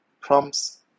prompts